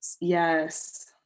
Yes